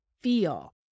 feel